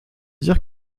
dire